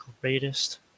greatest